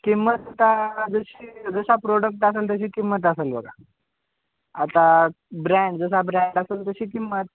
किंमत आता जशी जसा प्रोडक्ट असेल तशी किंमत असेल बघ आता ब्रँड जसं ब्रँड असेल तशी किंमत